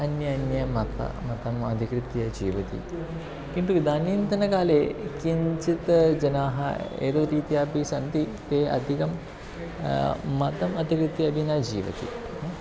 अन्य अन्यमतं मतम् अधिकृत्य जीवति किन्तु इदानीन्तनकाले किञ्चित् जनाः एतद् रीत्या अपि सन्ति ते अधिकं मतम् अधिकृत्य अपि न जीवति ह